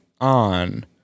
on